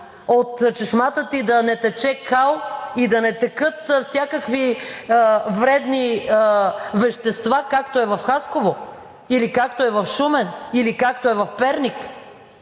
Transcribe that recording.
от чешмата ти да не тече кал и да не текат всякакви вредни вещества, както е в Хасково или както е в Шумен, или както е в Перник?